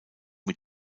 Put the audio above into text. mit